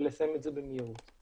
ולסיים את זה במהירות.